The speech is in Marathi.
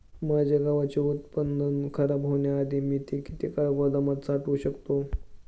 माझे गव्हाचे उत्पादन खराब होण्याआधी मी ते किती काळ गोदामात साठवू शकतो?